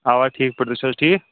اَوا ٹھیٖک پٲٹھۍ تُہۍ چھِو حظ ٹھیٖک